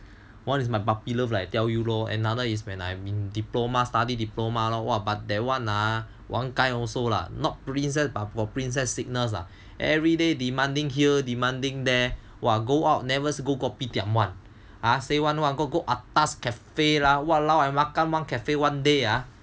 one is my puppy love lah I tell you lor another is when I in diploma study diploma lor but that [one] ah one kind also lah not princess but got princess signals ah everyday demanding here demanding there !wah! go out never go kopitiam [one] !huh! say want go atas cafe lah !walao! I makan one cafe one day ah